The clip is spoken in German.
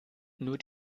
nur